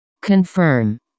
Confirm